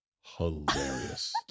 hilarious